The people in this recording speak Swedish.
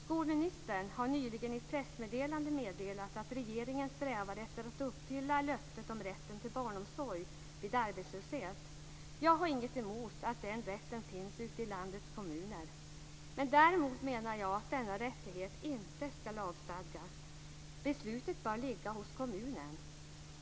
Skolministern har nyligen i ett pressmeddelande meddelat att regeringen strävar efter att uppfylla löftet om rätten till barnomsorg vid arbetslöshet. Jag har inget emot att den rätten finns ute i landets kommuner, men däremot menar jag att denna rättighet inte skall lagstadgas. Beslutet bör ligga hos kommunen.